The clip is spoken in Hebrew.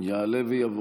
יעלה ויבוא.